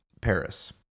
Paris